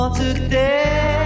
today